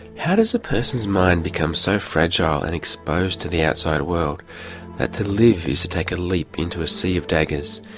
how does a person's mind become so fragile and exposed to the outside world that to live is to take a leap into a sea of daggers,